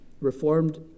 reformed